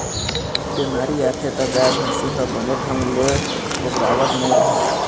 बेमारी आथे त गाय, भइसी ह बने ढंग ले पोगरावत नइ रहय